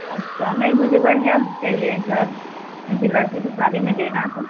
अच्छा नहीं मुझे बढ़िया चाहिए है सब क्योंकि लड़की की शादी में देना है